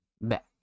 back